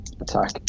attack